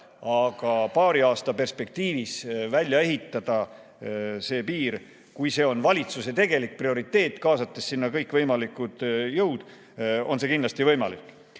aga paari aasta perspektiivis see piir välja ehitada, kui see on valitsuse tegelik prioriteet, kaasates sinna kõik võimalikud jõud, on kindlasti võimalik.